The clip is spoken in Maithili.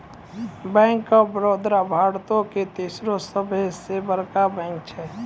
बैंक आफ बड़ौदा भारतो के तेसरो सभ से बड़का बैंक छै